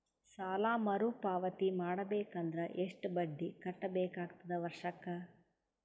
ಸಾಲಾ ಮರು ಪಾವತಿ ಮಾಡಬೇಕು ಅಂದ್ರ ಎಷ್ಟ ಬಡ್ಡಿ ಕಟ್ಟಬೇಕಾಗತದ ವರ್ಷಕ್ಕ?